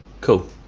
cool